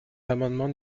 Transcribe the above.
l’amendement